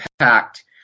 impact